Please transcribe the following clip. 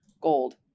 gold